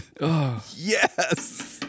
Yes